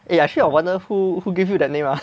eh actually I wonder who who gave you that name ah